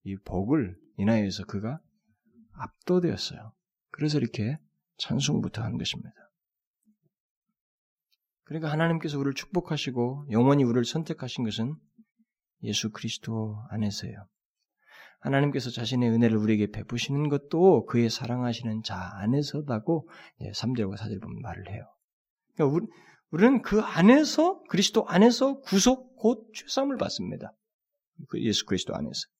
이 복을 인하여서 그가 압도되었어요. 그래서 이렇게 찬송부터 한 것입니다. 그러니까 하나님께서 우리를 축복하시고 영원히 우리를 선택하신 것은 예수 그리스도 안에서예요. 하나님께서 자신의 은혜를 우리에게 베푸시는 것도 그의 사랑하시는 자 안에서다고, 예, 삼 절과 사 절에 보면 말을 해요. 그러니까 우리- 우리는 그 안에서, 그리스도 안에서 구속, 곧 죄 사함을 받습니다. 그 예수 그리스도 안에서.